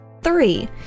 Three